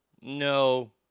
No